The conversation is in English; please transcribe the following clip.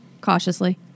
cautiously